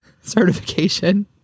certification